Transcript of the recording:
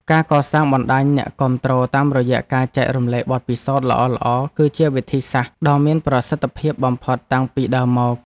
ការកសាងបណ្ដាញអ្នកគាំទ្រតាមរយៈការចែករំលែកបទពិសោធន៍ល្អៗ គឺជាវិធីសាស្ត្រដ៏មានប្រសិទ្ធភាពបំផុតតាំងពីដើមមក។